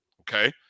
okay